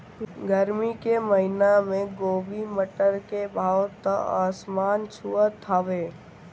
गरमी के महिना में गोभी, मटर के भाव त आसमान छुअत हवे